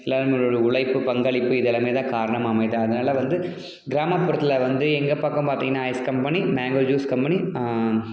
இல்லை அவர்களோட உழைப்பு பங்களிப்பு இதெல்லாமே தான் காரணமாக அமையுது அதனால் வந்து கிராமப்புறத்தில் வந்து எங்கள் பக்கம் பார்த்தீங்கன்னா ice company mango juice company